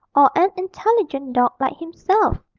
or an intelligent dog like himself.